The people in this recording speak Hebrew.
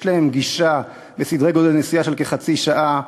יש להן גישה בנסיעה בסדר-גודל של כחצי שעה